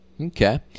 Okay